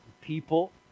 people